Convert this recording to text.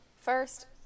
First